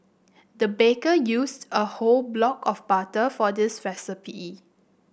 the baker used a whole block of butter for this recipe